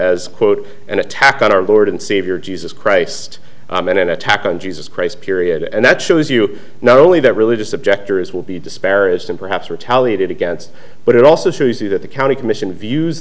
as quote an attack on our lord and savior jesus christ in an attack on jesus christ period and that shows you know only that religious objectors will be disparaged and perhaps retaliated against but it also shows you that the county commission views